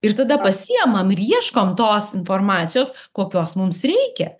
ir tada pasiimam ir ieškom tos informacijos kokios mums reikia